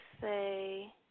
say